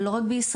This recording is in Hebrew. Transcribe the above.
ולא רק בישראל,